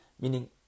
Meaning